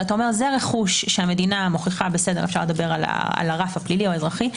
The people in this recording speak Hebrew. ואומר: זה רכוש שהמדינה מוכיחה אפשר לדבר על הרף הפלילי או האזרחי.